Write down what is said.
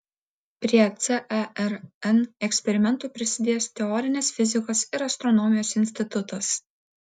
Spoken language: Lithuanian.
prie cern eksperimentų prisidės teorinės fizikos ir astronomijos institutas